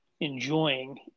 enjoying